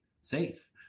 safe